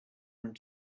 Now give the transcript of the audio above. going